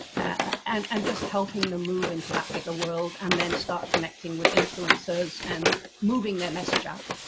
and, and just helping them move into that bigger world, and then, start connecting with influencers and moving their message out.